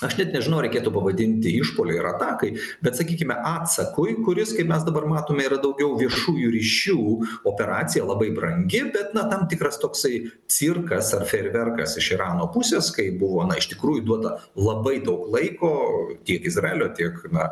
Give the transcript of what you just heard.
aš net nežinau reikėtų pavadinti išpuoliui ar atakai bet sakykime atsakui kuris kaip mes dabar matome yra daugiau viešųjų ryšių operacija labai brangi bet na tam tikras toksai cirkas ar fejerverkas iš irano pusės kai buvo na iš tikrųjų duota labai daug laiko tiek izraelio tiek na